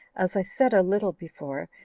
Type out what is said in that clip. as i said a little before,